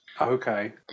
Okay